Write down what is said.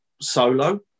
solo